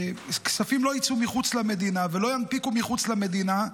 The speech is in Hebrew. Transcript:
ושכספים לא יצאו מחוץ למדינה ולא ינפיקו מחוץ למדינה,